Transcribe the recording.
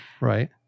Right